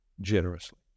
generously